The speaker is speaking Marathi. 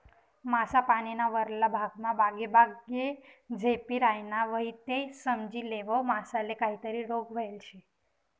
मासा पानीना वरला भागमा बागेबागे झेपी रायना व्हयी ते समजी लेवो मासाले काहीतरी रोग व्हयेल शे